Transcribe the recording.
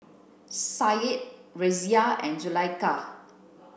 Syed Raisya and Zulaikha